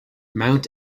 mount